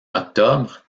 octobre